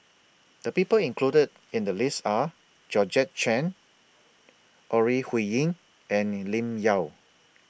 The People included in The list Are Georgette Chen Ore Huiying and Lim Yau